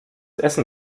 essen